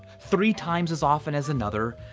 three times as often as another.